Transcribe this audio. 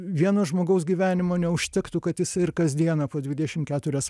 vieno žmogaus gyvenimo neužtektų kad jis ir kasdieną po dvidešim keturias